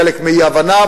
חלק מאי-הבנה,